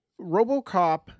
Robocop